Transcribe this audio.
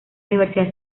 universidad